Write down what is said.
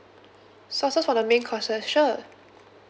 sauces for the may courses sure